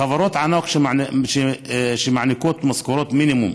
חברות ענק שמעניקות משכורות מינימום,